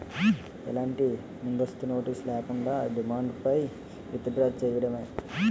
ఎలాంటి ముందస్తు నోటీస్ లేకుండా, డిమాండ్ పై విత్ డ్రా చేయడమే